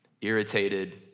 irritated